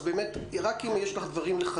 אז באמת רק אם יש לך לחדש,